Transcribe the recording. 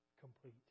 complete